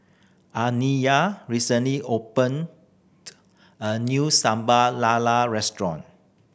Aniyah recently opened a new Sambal Lala restaurant